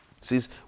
says